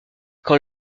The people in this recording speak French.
quand